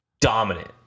Dominant